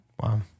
Wow